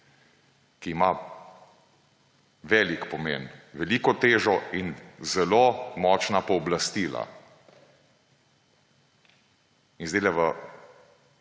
ki ima velik pomen, veliko težo in zelo močna pooblastila. In zdajle